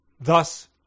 Thus